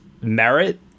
merit